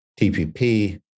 TPP